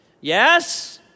Yes